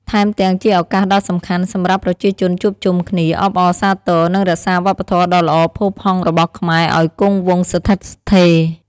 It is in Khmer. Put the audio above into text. ថែមទាំងជាឱកាសដ៏សំខាន់សម្រាប់ប្រជាជនជួបជុំគ្នា អបអរសាទរ និងរក្សាវប្បធម៌ដ៏ល្អផូរផង់របស់ខ្មែរឱ្យគង់វង្សស្ថិតស្ថេរ។